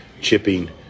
chipping